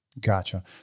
Gotcha